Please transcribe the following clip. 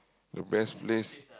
the best place